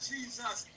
Jesus